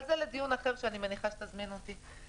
אבל זה לדיון אחר שאני מניחה שתזמין אותי.